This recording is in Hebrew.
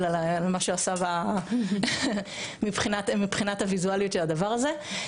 על מה שעשה מבחינת הוויזואליות של הדבר הזה.